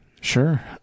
Sure